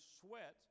sweat